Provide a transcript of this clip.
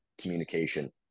communication